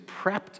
prepped